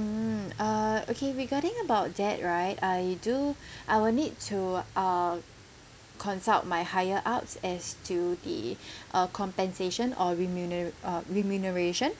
mm uh okay regarding about that right I do I will need to uh consult my higher ups as to the uh compensation or remune~ uh remuneration